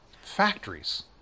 factories